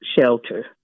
shelter